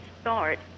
start